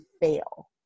fail